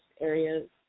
areas